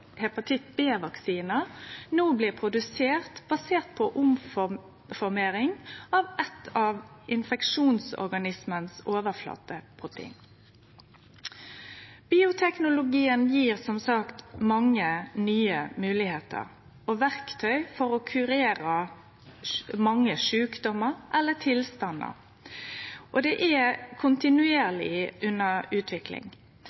hepatitt B-vaksiner blir no produsert basert på oppformeiring av eitt av infeksjonsorganismens overflateprotein. Bioteknologien gjev som sagt mange nye moglegheiter og verktøy for å kurere mange sjukdomar eller tilstandar, og han er